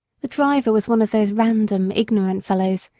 the driver was one of those random, ignorant fellows,